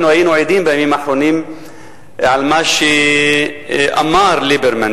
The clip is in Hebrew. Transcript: אנחנו היינו עדים בימים האחרונים למה שאמר ליברמן